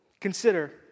Consider